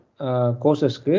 courses